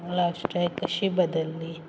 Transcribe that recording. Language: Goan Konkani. लायफस्टायल कशी बदल्ली